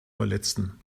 verletzten